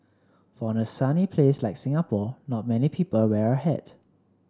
for a sunny place like Singapore not many people wear a hat